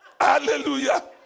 Hallelujah